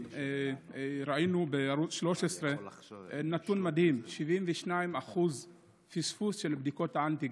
ראינו בערוץ 13 נתון מדהים: 72% פספוס של בדיקות האנטיגן.